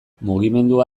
mugimendua